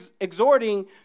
exhorting